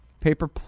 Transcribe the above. Paper